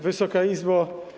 Wysoka Izbo!